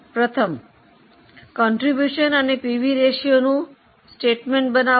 પ્રથમ ફાળો અને પીવી રેશિયોનું પત્રકો બનાઓ